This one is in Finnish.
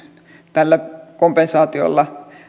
tällä kompensaatiolla